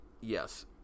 Yes